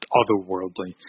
otherworldly